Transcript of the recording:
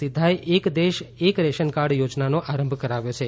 સિદ્વાએ એક દેશ એક રેશનકાર્ડ યોજનાનો આરંભ કરાવ્યો છે